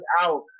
out